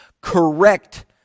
correct